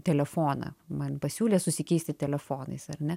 telefoną man pasiūlė susikeisti telefonais ar ne